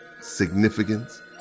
significance